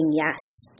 yes